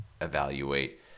evaluate